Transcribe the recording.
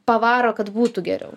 pavaro kad būtų geriau